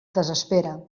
desespera